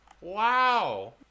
wow